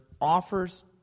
offers